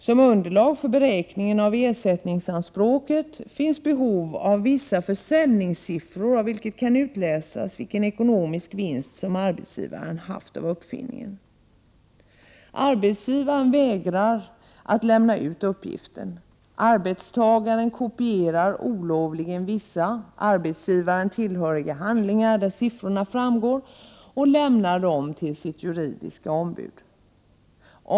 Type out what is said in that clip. Som underlag för beräkningen av ersättningsanspråket finns behov av vissa försäljningssiffror, av vilka kan utläsas vilken ekonomisk vinst som arbetsgivaren har haft av uppfinningen. Arbetsgivaren vägrar att lämna ut uppgiften. Arbetstagaren kopierar olovligen vissa arbetsgivaren tillhöriga handlingar, där siffrorna framgår, och lämnar dem till sitt juridiska ombud.